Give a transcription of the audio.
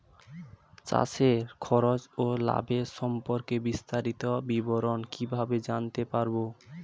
চাষে খরচ ও লাভের সম্পর্কে বিস্তারিত বিবরণ কিভাবে জানতে পারব?